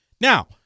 Now